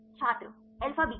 छात्र alpha beta